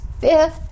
Fifth